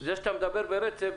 זה שאתה מדבר ברצף,